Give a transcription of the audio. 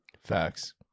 Facts